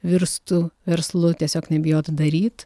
virstų verslu tiesiog nebijot daryt